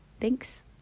Thanks